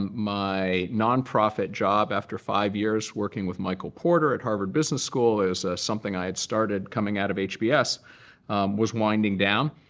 my non-profit job after five years working with michael porter at harvard business school is something i had started coming out of hbs was winding down.